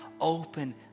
open